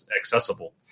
accessible